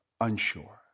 unsure